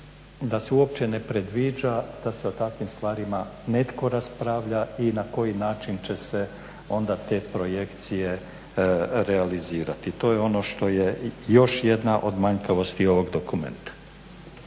da se uopće ne predviđa da se o takvim stvarima netko raspravlja i na koji način će se onda te projekcije realizirati. To je ono što je još jedna od manjkavosti ovog dokumenta.